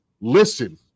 Listen